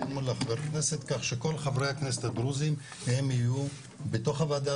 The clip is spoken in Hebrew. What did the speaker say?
כך שכל חברי הכנסת הדרוזים יהיו בתוך הוועדה